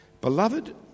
Beloved